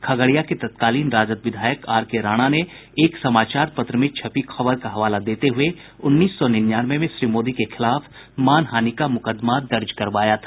खगड़िया के तत्कालीन राजद विधायक आरके राणा ने एक समाचार पत्र में छपी खबर का हवाला देते हुये उन्नीस सौ निन्यानवे में श्री मोदी के खिलाफ मानहानि का मुकदमा दर्ज करवाया था